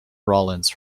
rollins